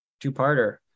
two-parter